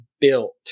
built